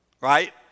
right